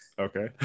Okay